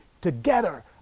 together